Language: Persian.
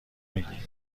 میگی